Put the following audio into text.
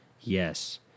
yes